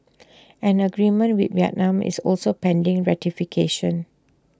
an agreement with Vietnam is also pending ratification